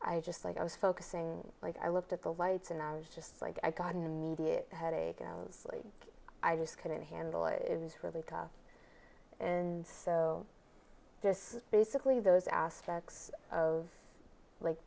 i just like i was focusing like i looked at the lights and i was just like i got an immediate headache and i just couldn't handle it it was really tough and so this basically those aspects of like